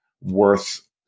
worth